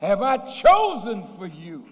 have i chosen for you